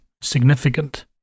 significant